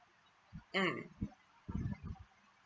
mm